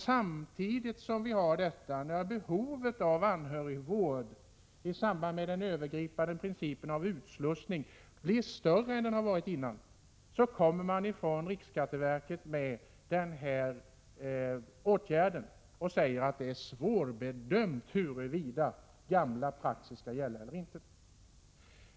Samtidigt som behovet att anhörigvård i enlighet med den övergripande principen om utslussning blir större än det har varit tidigare, kommer man från riksskatteverket med den här åtgärden och säger att det är svårt att bedöma huruvida gammal praxis skall gälla eller inte.